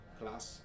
class